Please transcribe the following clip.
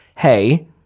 hey